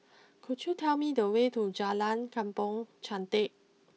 could you tell me the way to Jalan Kampong Chantek